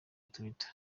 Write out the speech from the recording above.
twitter